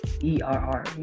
E-R-R